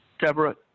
Deborah